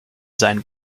sein